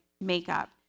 makeup